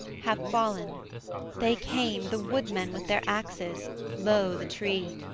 have fallen they came, the woodmen with their axes lo the tree!